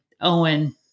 Owen